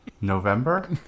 November